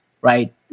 right